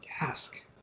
ask